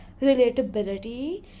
relatability